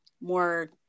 more